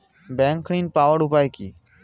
Bank ঋণ পাওয়ার উপায় কি?